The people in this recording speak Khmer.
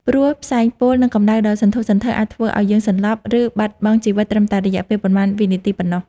ព្រោះផ្សែងពុល និងកម្ដៅដ៏សន្ធោសន្ធៅអាចធ្វើឱ្យយើងសន្លប់ ឬបាត់បង់ជីវិតត្រឹមតែរយៈពេលប៉ុន្មានវិនាទីប៉ុណ្ណោះ។